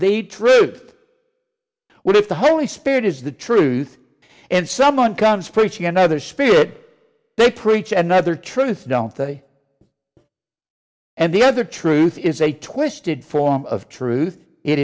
the truth what if the holy spirit is the truth and someone comes preaching another spirit they preach and other truth don't they and the other truth is a twisted form of truth it